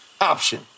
option